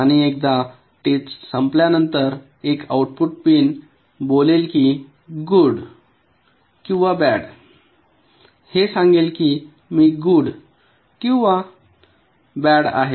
आणि एकदा टेस्ट संपल्यानंतर एक आऊटपुट पिन बोलले कि गुड किंवा बॅड हे सांगेल की मी गुड किंवा मी बॅड आहे